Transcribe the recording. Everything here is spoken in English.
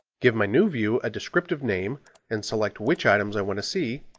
give my new view a descriptive name and select which items i want to see,